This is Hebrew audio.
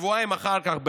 שבועיים אחר כך,